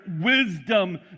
wisdom